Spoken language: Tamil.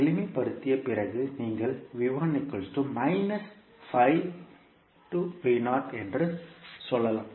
எளிமைப்படுத்திய பிறகு நீங்கள் என்று சொல்லலாம்